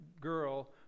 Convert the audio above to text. girl